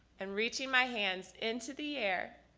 and reaching my hands in to the air,